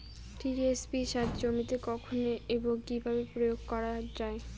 TSP সার জমিতে কখন এবং কিভাবে প্রয়োগ করা য়ায়?